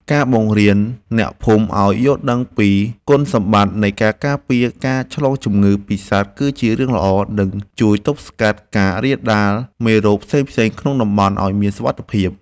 ការបង្រៀនអ្នកភូមិឱ្យយល់ដឹងពីគុណសម្បត្តិនៃការការពារការឆ្លងជំងឺពីសត្វគឺជារឿងល្អ និង ជួយទប់ស្កាត់ការរាលដាលមេរោគផ្សេងៗក្នុងតំបន់ឱ្យមានសុវត្ថិភាព។